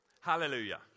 Hallelujah